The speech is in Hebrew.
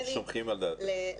אנחנו סומכים על דעתך.